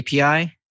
API